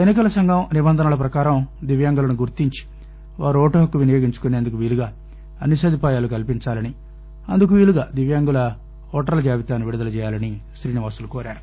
ఎన్నికల సంఘం నిబంధనల ప్రకారం దివ్యాంగులను గుర్తించి వారు ఓటుహక్కు వినియోగించుకునేందుకు వీలుగా అన్ని సదుపాయాలు కల్పించాలని అందుకు వీలుగా దివ్యాంగుల ఓటర్ల జాబితాను విడుదల చేయాలని శ్రీనివాసులు కోరారు